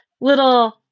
little